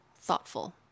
thoughtful